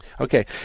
Okay